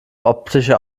optische